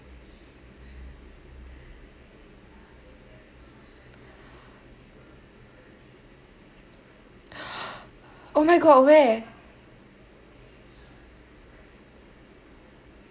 oh my god where